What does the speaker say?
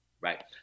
Right